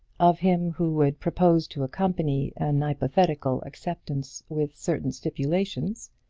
of him who would propose to accompany an hypothetical acceptance with certain stipulations,